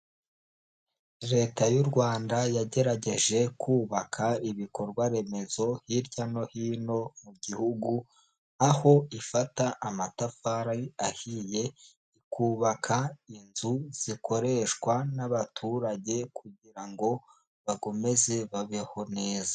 Leta y'u Rwanda yagerageje kubaka ibikorwa remezo hirya no hino mu gihugu, aho ifata amatafari ahiye ikubaka inzu zikoreshwa n'abaturage kugira ngo bakomeze babeho neza.